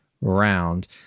round